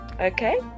Okay